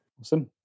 Awesome